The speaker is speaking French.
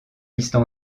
listes